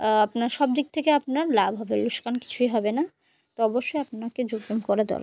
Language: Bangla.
আপনার সব দিক থেকে আপনার লাভ হবে লোকসান কিছুই হবে না তো অবশ্যই আপনাকে যোগ ব্যায়াম করে দো